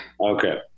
okay